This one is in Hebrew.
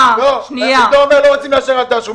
עידו אומר: אם אתם לא רוצים לאשר אז אל תאשרו.